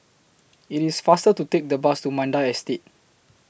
IT IS faster to Take The Bus to Mandai Estate